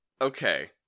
Okay